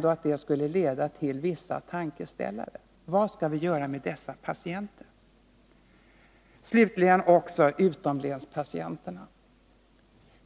Det borde leda till en tankeställare: Vad skall vi göra med dessa patienter? Slutligen utomlänspatienterna.